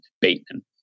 Bateman